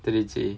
to tirchy